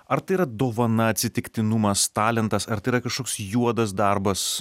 ar tai yra dovana atsitiktinumas talentas ar tai yra kažkoks juodas darbas